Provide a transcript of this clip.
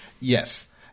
Yes